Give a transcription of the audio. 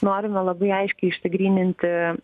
norime labai aiškiai išsigryninti